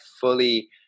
fully